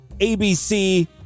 ABC